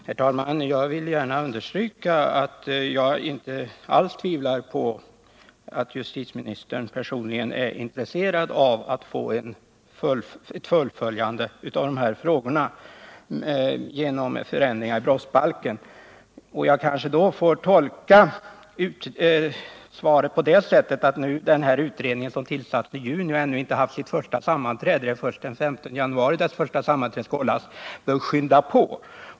Herr talman! Jag vill gärna understryka att jag inte alls tvivlar på att justitieministern personligen är intresserad av att få ett fullföljande av de här frågorna genom förändringar i brottsbalken. Jag kanske då får tolka svaret så, att den utredning som tillsattes i juni och som ännu inte haft sitt första sammanträde — det är först den 15 januari 1979 som det sammanträdet skall hållas — bör skynda på.